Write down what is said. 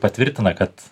patvirtina kad